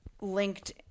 linked